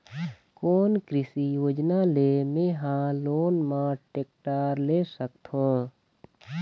कोन कृषि योजना ले मैं हा लोन मा टेक्टर ले सकथों?